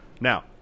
Now